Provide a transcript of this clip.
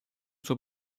zur